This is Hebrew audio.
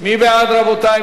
מי בעד, רבותי?